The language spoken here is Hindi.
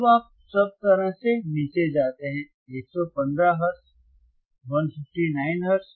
अब आप सब तरह से नीचे जाते हैं 115 हर्ट्ज 159 हर्ट्ज